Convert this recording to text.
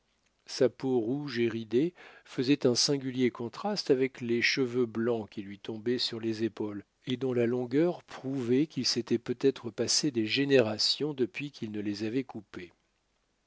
sa peau rouge et ridée faisait un singulier contraste avec les cheveux blancs qui lui tombaient sur les épaules et dont la longueur prouvait qu'il s'était peut-être passé des générations depuis qu'il ne les avait coupés